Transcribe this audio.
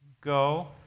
go